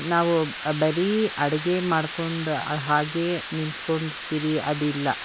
ನಾವು ಬರೀ ಅಡುಗೆ ಮಾಡ್ಕೊಂಡು ಹಾಗೇ ನಿಂತ್ಕೊಂಡಿರ್ತೀರಿ ಅದಿಲ್ಲ